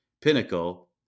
Pinnacle